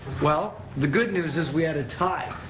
well, the good news is we had a tie.